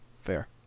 fair